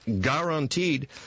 guaranteed